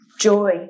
joy